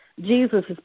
Jesus